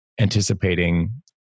anticipating